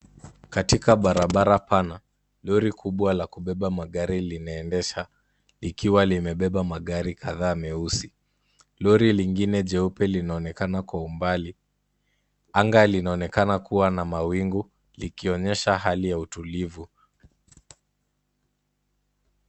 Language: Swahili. Katika barabara pana, lori kubwa la kubeba magari linaendesha; ikiwa limebeba magari kadhaa meusi. Lori lingine jeupe linaonekana kwa umbali anga linaonekana kuwa na mawingu, likionyesha hali ya utulivu.